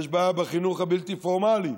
יש בעיה בחינוך הבלתי-פורמלי,